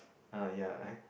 uh ya I